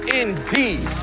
indeed